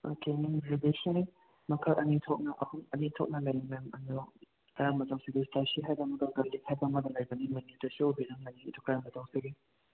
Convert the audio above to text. okay ma'am ꯕꯤꯕ꯭ꯔꯤꯖꯁꯦ ꯑꯅꯤ ꯃꯈꯜ ꯑꯅꯤ ꯊꯣꯛꯅ ꯑꯍꯨꯝ ꯑꯅꯤ ꯊꯣꯛꯅ ꯂꯩ ꯃꯦꯝ ꯑꯗꯣ ꯀꯔꯝꯕ ꯇꯧꯁꯤꯒꯦ ꯏꯁꯄꯥꯏꯁꯤ ꯍꯥꯏꯕ ꯑꯃꯒ ꯀꯟꯗꯦꯟꯁ ꯍꯥꯏꯕ ꯑꯄꯒ ꯂꯩꯕꯅꯤ ꯃꯦꯅꯨꯗꯁꯨ ꯕꯤꯜ ꯑꯃ ꯂꯩꯅꯤ ꯑꯗꯣ ꯀꯔꯝꯕ ꯇꯧꯁꯤꯒꯦ